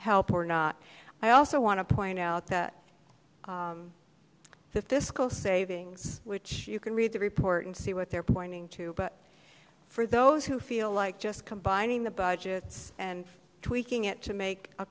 help or not i also want to point out that the fiscal savings which you can read the report and see what they're pointing to but for those who feel like just combining the budgets and tweaking it to make a